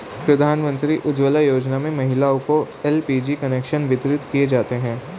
प्रधानमंत्री उज्ज्वला योजना में महिलाओं को एल.पी.जी कनेक्शन वितरित किये जाते है